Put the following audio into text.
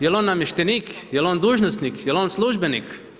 Jel' on namještenik, jel' on dužnosnik, jel' on službenik?